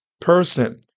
person